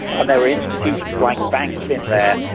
and there were institutions like banks in there.